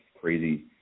crazy